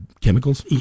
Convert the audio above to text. chemicals